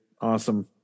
Awesome